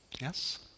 yes